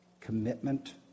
commitment